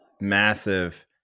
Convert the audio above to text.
massive